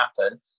happen